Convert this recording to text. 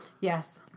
Yes